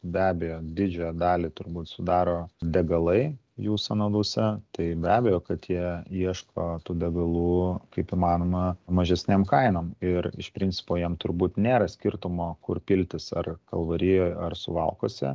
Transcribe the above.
be abejo didžiąją dalį turbūt sudaro degalai jų sąnaudose tai be abejo kad jie ieško tų degalų kaip įmanoma mažesnėm kainom ir iš principo jiem turbūt nėra skirtumo kur piltis ar kalvarijoj ar suvalkuose